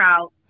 out